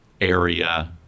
area